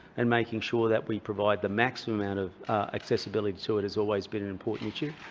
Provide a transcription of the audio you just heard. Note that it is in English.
and making sure that we provide the maximum amount of accessibility to it has always been an important issue.